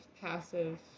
passive